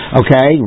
okay